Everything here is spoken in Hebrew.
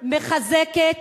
מחזקת,